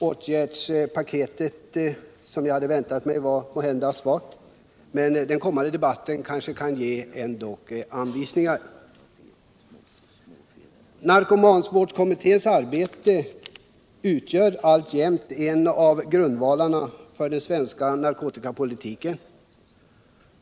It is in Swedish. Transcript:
Åtgärdspaketet var måhända svagt, men den kommande debatten kanske kan ge anvisningar om hur man skall arbeta vidare. Narkomanvårdskommitténs arbete utgör alltjämt en av grundvalarna för den svenska narkotikapolitiken.